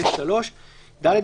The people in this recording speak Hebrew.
3ב3. ד.